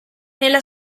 nella